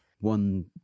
one